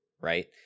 right